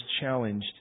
challenged